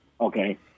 okay